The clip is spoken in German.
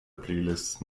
playlists